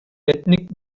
etnik